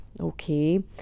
Okay